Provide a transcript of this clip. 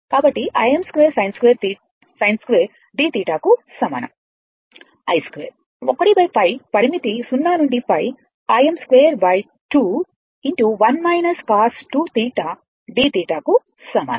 కాబట్టి Im2sin2dθ కు సమానమైన i2 1 π పరిమితి 0 నుండి π Im2 2 1 cos 2θdθ కు సమానం